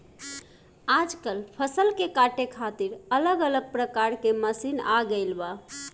आजकल फसल के काटे खातिर अलग अलग प्रकार के मशीन आ गईल बा